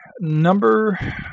Number